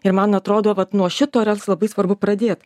ir man atrodo vat nuo šito yra labai svarbu pradėt